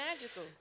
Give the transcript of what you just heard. magical